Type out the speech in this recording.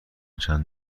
چند